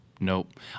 Nope